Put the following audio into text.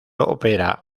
ópera